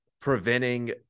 preventing